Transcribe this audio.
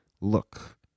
look